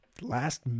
last